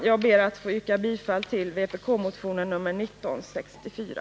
Jag ber att få yrka bifall till vpk-motionen nr 1964.